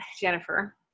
Jennifer